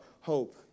hope